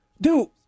Dude